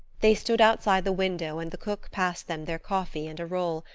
they stood outside the window and the cook passed them their coffee and a roll,